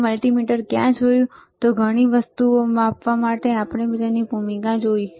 આપણે મલ્ટિમીટર ક્યાં જોયું છે તઘણી વસ્તુઓ માપવા માટે મલ્ટિમીટરની ભૂમિકા જોઈ